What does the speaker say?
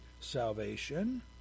salvation